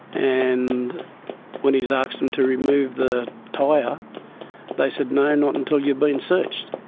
and when he asked them to remove the tyre they said, no, not until you've been searched.